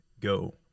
go